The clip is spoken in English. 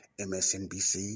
MSNBC